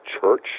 Church